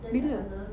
bila